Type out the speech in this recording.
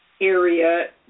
area